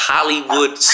Hollywood